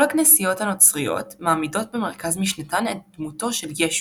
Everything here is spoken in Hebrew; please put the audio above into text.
כל הכנסיות הנוצריות מעמידות במרכז משנתן את דמותו של ישו,